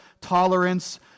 tolerance